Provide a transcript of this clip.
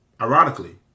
Ironically